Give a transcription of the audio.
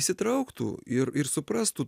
įsitrauktų ir ir suprastų